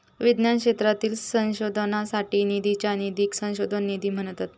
विज्ञान क्षेत्रातील संशोधनासाठी निधीच्या निधीक संशोधन निधी म्हणतत